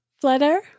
Flutter